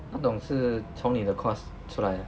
那种是从你的 course 出来的